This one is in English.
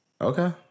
Okay